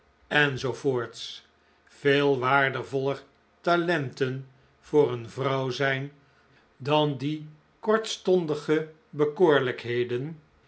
voorts veel waardevoller talenten voor een vrouw zijn dan die kortstondige